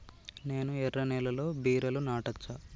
నేను ఎర్ర నేలలో బీరలు నాటచ్చా?